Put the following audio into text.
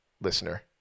listener